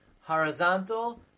horizontal